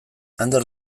ander